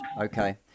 okay